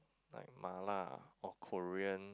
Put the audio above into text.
like Mala or Korean